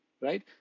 right